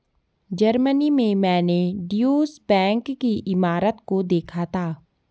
Germany में मैंने Deutsche Bank की इमारत को देखा था